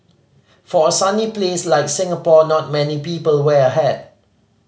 for a sunny place like Singapore not many people wear a hat